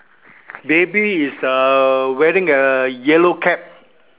baby is uh wearing a yellow cap